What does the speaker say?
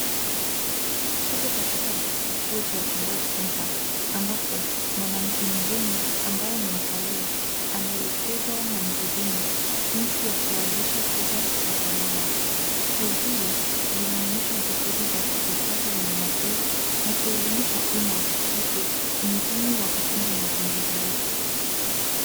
Tuko katika kituo cha Girraffe Centre, ambapo mwanamke mgeni ambaye ni mtalii anaelekezwa na mhudumu jinsi ya kuwalisha twiga kwa usalama. Tukio hili, linaonyesha juhudi za kuhifadhi wanyamapori na kuelimisha umma kuhusu umuhimu wa kutunza mazingira yetu.